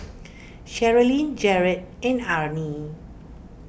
Sherilyn Jarett and Arrie